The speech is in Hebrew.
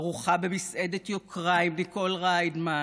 ארוחה במסעדת יוקרה עם ניקול ראידמן,